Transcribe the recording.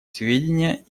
сведения